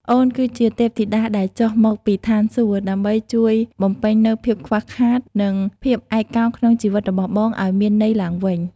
អូនគឺជាទេពធីតាដែលចុះមកពីឋានសួគ៌ ដើម្បីជួយបំពេញនូវភាពខ្វះខាត និងភាពឯកោក្នុងជីវិតរបស់បងឱ្យមានន័យឡើងវិញ។